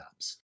apps